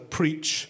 preach